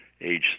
age